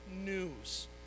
news